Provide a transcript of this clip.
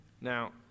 Now